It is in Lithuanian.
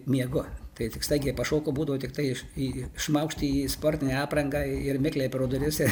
miegu tai tik staigiai pašoku būdavo tiktai iš į šmaukšt į sportinę aprangą ir mikliai pro duris ir